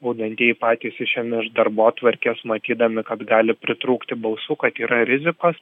valdantieji patys išėmė iš darbotvarkės matydami kad gali pritrūkti balsų kad yra rizikos